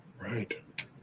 Right